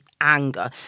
anger